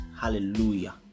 hallelujah